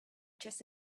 just